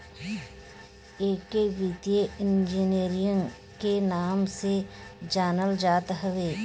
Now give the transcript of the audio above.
एके वित्तीय इंजीनियरिंग के नाम से जानल जात हवे